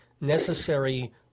necessary